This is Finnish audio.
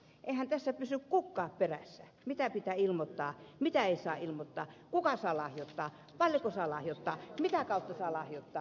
eihän tässä pysy kukaan perässä mitä pitää ilmoittaa mitä ei saa ilmoittaa kuka saa lahjoittaa paljonko saa lahjoittaa mitä kautta saa lahjoittaa